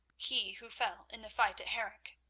he who fell in the fight at harenc.